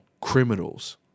criminals